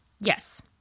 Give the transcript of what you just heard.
Yes